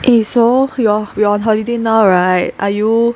eh so you are you are on holiday now right are you